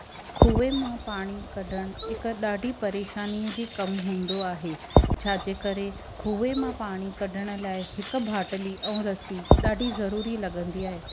कुएं मां पाणी कढणु हिकु ॾाढी परेशानीअ जी कमु हूंदो आहे छाजे करे कुएं मां पाणी कढण लाइ हिकु ॿाटली ऐं रसी ॾाढी ज़रूरी लॻंदी आहे